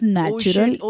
natural